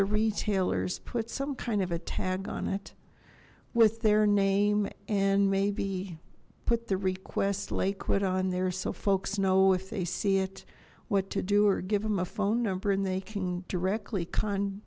the retailer's put some kind of a tag on it with their name and maybe put the request liquid on there so folks know if they see it what to do or give them a phone number and they can directly con